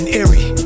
eerie